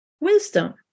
wisdom